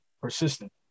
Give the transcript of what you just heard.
persistent